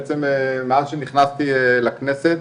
בעצם מאז שנכנסתי לכנסת.